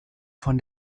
von